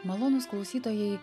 malonūs klausytojai